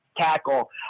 tackle